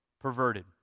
perverted